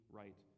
right